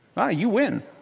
wow, you win.